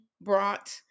brought